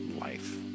life